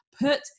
Put